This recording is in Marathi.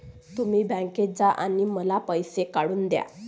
तुम्ही बँकेत जा आणि मला पैसे काढून दया